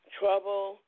trouble